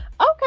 Okay